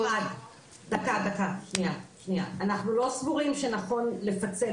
אנחנו לא סבורים שנכון לפצל.